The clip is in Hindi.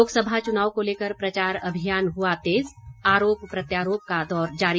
लोकसभा चुनाव को लेकर प्रचार अभियान हुआ तेज आरोप प्रत्यारोप का दौर जारी